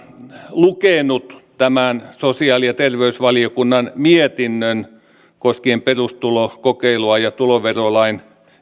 lukenut tämän sosiaali ja terveysvaliokunnan mietinnön koskien perustulokokeilua ja tuloverolain